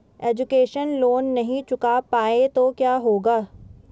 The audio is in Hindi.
एजुकेशन लोंन नहीं चुका पाए तो क्या होगा?